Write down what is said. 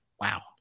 wow